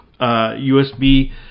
USB